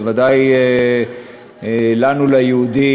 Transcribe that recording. בוודאי לנו היהודים,